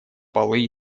полы